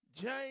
James